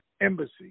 embassy